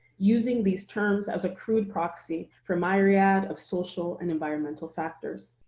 using these terms as a crude proxy for myriad of social and environmental factors.